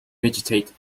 mitigate